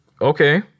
okay